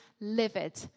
livid